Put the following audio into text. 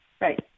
Right